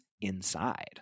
Inside